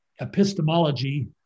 epistemology